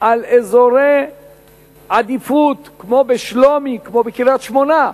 על אזורי עדיפות כמו שלומי, כמו קריית-שמונה.